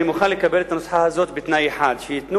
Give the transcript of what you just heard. אני מוכן לקבל את הנוסחה הזאת בתנאי אחד: שייתנו